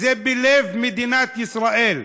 זה בלב מדינת ישראל.